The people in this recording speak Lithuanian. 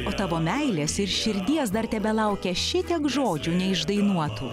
o tavo meilės ir širdies dar tebelaukia šitiek žodžių neišdainuotų